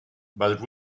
but